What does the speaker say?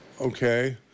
Okay